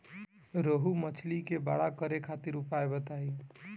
रोहु मछली के बड़ा करे खातिर उपाय बताईं?